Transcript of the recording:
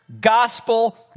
gospel